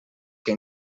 que